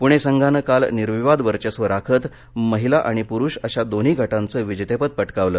पूणे संघानं काल निर्विवाद वर्चस्व राखत महिला आणि पुरुष अशा दोन्ही गटांचं विजेतेपद पटकावलं